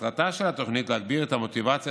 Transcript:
מטרתה של התוכנית היא להגביר את המוטיבציה